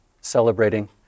celebrating